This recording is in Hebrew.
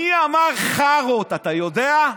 מי אמר "חארות", אתה יודע?